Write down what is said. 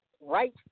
right